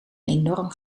enorm